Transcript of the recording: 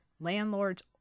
landlords